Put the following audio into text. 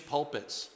Pulpits